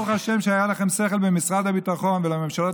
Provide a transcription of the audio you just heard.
ברוך השם שהיה לכם שכל במשרד הביטחון ולממשלות